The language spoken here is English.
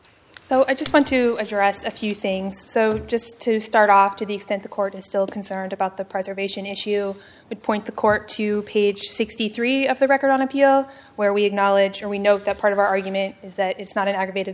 so i just want to address a few things so just to start off to the extent the court is still concerned about the preservation issue but point the court to page sixty three of the record on appeal where we acknowledge and we know that part of our argument is that it's not an aggravated